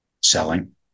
Selling